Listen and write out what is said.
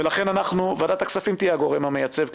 ולכן ועדת הכספים תהיה הגורם המייצב,